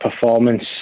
performance